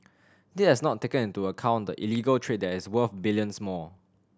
this has not taken into account the illegal trade that is worth billions more